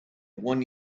one